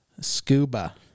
scuba